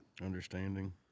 Understanding